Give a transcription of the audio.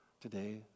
today